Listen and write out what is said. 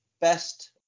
best